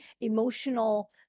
emotional